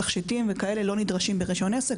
תכשיטים וכו' לא נדרשים ברישיון עסק.